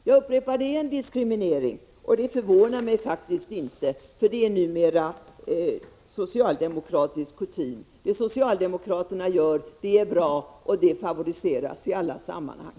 Det är en diskriminering — jag upprepar det - och det förvånar mig faktiskt inte, för det är numera socialdemokratisk kutym: det socialdemokraterna gör är bra, och det favoriseras i alla sammanhang.